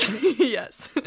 Yes